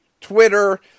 Twitter